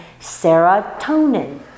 Serotonin